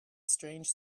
strange